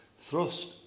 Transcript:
thrust